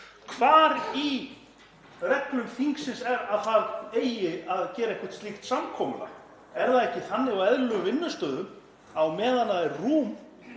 Hvar í reglum þingsins er það að það eigi að gera eitthvert slíkt samkomulag? Er það ekki þannig á eðlilegum vinnustöðum að á meðan það er rúm